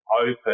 open